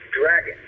dragon